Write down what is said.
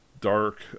Dark